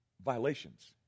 Violations